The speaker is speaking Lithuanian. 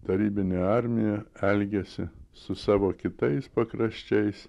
tarybinė armija elgėsi su savo kitais pakraščiais